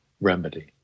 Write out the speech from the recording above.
remedy